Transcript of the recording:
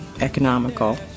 economical